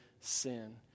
sin